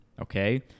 Okay